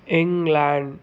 England